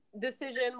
decision